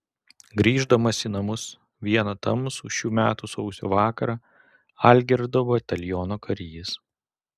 grįždamas į namus vieną tamsų šių metų sausio vakarą algirdo bataliono karys